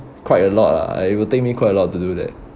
quite a lot ah ah it will take me quite a lot to do that